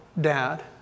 Dad